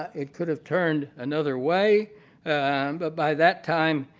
it could have turned another way but by that time,